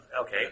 Okay